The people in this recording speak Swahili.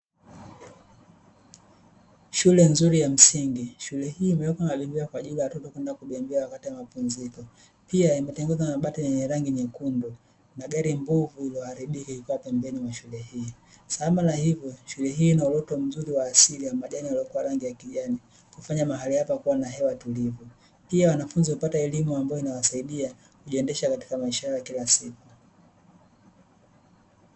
Shule nzuri ya msingi, shule hii imewekwa na bembea kwa ajili ya watoto kwenda kubembea wakati wa mapumziko. Pia imetengenezwa kwa bati lenye rangi nyekundu na gari mbovu iliyoharibika ikikaa pembeni mwa shule hii. sambamba na hivyo, shule hii ina uoto mzuri wa asili wa majani ya kijani, kufanya mahali hapa kuwa na hewa tulivu. pia wanafunzi kupata elimu inayowasaidia kuendesha maisha yao ya kila siku.